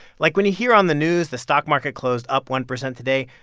like, when you hear on the news the stock market closed up one percent today,